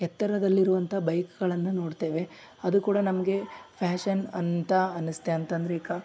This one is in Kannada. ಎತ್ತರದಲ್ಲಿರುವಂಥಾ ಬೈಕ್ಗಳನ್ನ ನೋಡ್ತೇವೆ ಅದು ಕೂಡ ನಮಗೆ ಫ್ಯಾಶನ್ ಅಂತ ಅನಿಸ್ತೆ ಅಂತಂದರೆ ಈಗ